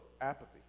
apathy